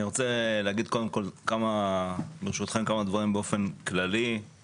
אני רוצה לומר קודם כמה דברים באופן כללי,